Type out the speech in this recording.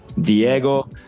Diego